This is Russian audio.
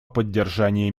поддержания